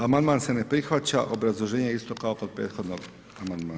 Amandman se ne prihvaća, obrazloženje isto kao kod prethodnog amandmana.